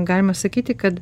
galima sakyti kad